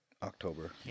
October